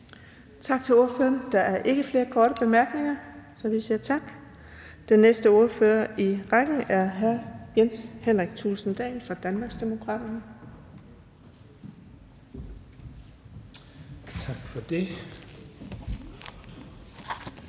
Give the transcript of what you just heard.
Tak til ordføreren. Der er ingen korte bemærkninger, så vi siger tak. Den næste ordfører i rækken er hr. Mohammad Rona fra Moderaterne.